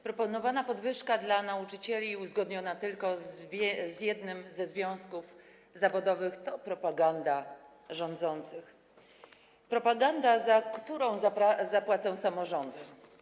Proponowana podwyżka dla nauczycieli, uzgodniona tylko z jednym ze związków zawodowych, to propaganda rządzących, za którą zapłacą samorządy.